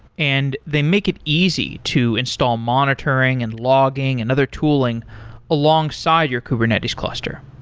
and they make it easy to install monitoring and logging and other tooling alongside your kubernetes cluster.